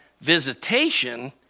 visitation